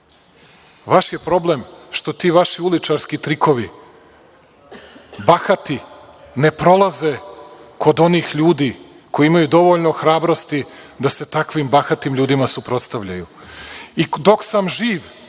je problem što ti vaši uličarski trikovi, bahati, ne prolaze kod onih ljudi koji imaju dovoljno hrabrosti da se takvim bahatim ljudima suprotstavljaju.